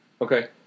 Okay